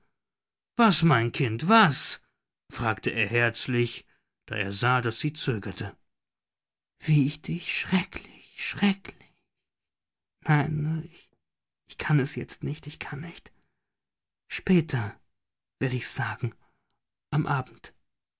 was mein kind was fragte er herzlich da er sah daß sie zögerte wie ich dich schrecklich schrecklich nein ich kann es jetzt nicht ich kann nicht später werde ich's sagen am abend